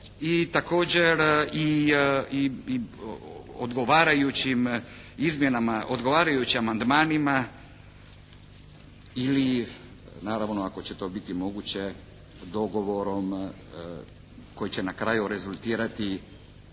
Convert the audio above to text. i također i odgovarajućim izmjenama, odgovarajućim amandmanima ili naravno ako će to biti moguće dogovorom koji će na kraju rezultirati